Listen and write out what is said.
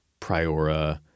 Priora